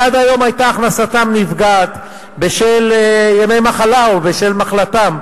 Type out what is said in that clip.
שעד היום היתה הכנסתם נפגעת בשל ימי מחלה או בשל מחלתם.